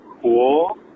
cool